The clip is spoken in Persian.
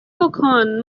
بکن